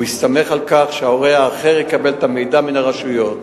יסתמך על כך שההורה האחר יקבל את המידע מן הרשויות.